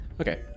Okay